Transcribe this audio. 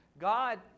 God